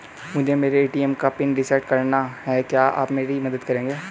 मुझे मेरे ए.टी.एम का पिन रीसेट कराना है क्या आप मेरी मदद करेंगे?